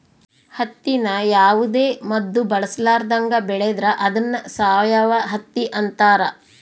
ಹತ್ತಿನ ಯಾವುದೇ ಮದ್ದು ಬಳಸರ್ಲಾದಂಗ ಬೆಳೆದ್ರ ಅದ್ನ ಸಾವಯವ ಹತ್ತಿ ಅಂತಾರ